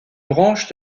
branche